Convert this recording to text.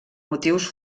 motius